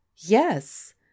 Yes